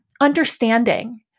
understanding